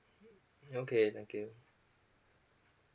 okay okay